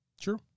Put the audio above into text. True